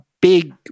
big